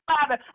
Father